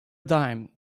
dime